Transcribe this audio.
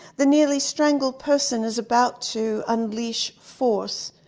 the nearly strangled person is about to unleash force.